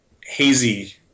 hazy